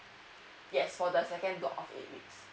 yes for the second block of eight weeks